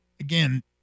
again